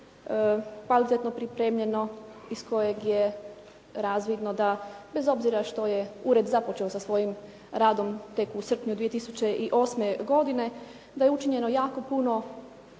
kvalitetno pripremljeno iz kojeg je razvidno da bez obzira što je ured započeo sa svojim radom tek u srpnju 2008. godine da je učinjeno jako puno